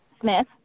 Smith